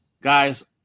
Guys